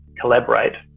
collaborate